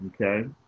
okay